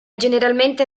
generalmente